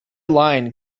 line